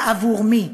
ועבור מי.